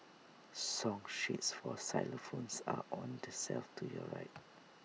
song sheets for xylophones are on the shelf to your right